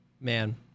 Man